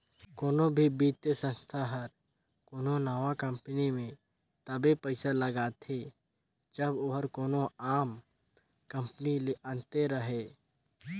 कोनो भी बित्तीय संस्था हर कोनो नावा कंपनी में तबे पइसा लगाथे जब ओहर कोनो आम कंपनी ले अन्ते रहें